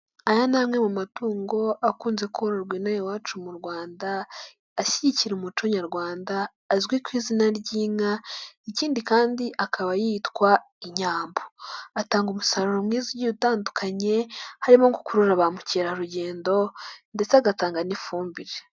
Aya ni amwe mu matungo akunze kororwa ino aha iwacu mu Rwanda, ashyigikira umuco nyarwanda azwi ku izina ry'inka. Ikindi kandi akaba yitwa inyambo. Atanga umusaruro mwiza utandukanye harimo gukurura ba mukerarugendo ndetse agatanga n'ifumbire.